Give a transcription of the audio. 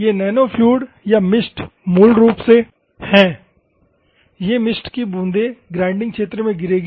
ये नैनोफ्लुइड या मिस्ट मूल रूप से हैं मिस्ट की बूंदें ग्राइंडिंग क्षेत्र में गिरेंगी